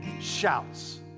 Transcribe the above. Shouts